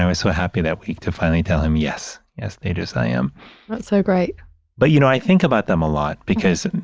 so happy that week to finally tell him, yes. yes, thetas, i am that's so great but, you know, i think about them a lot because